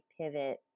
pivot